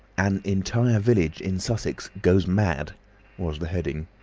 an entire village in sussex goes mad was the heading.